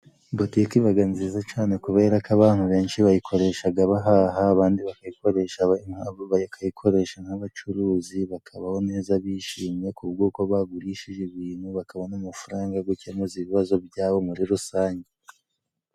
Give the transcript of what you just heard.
Butiki ibaga nziza cane kuberako abantu benshi bayikoreshaga bahaha, abandi bakayikoresha bakayikoresha nk'abacuruzi bakabaho neza bishimye kubw'uko bagurishije ibintu, bakabona amafaranga yo gukemuza ibibazo byabo muri rusange.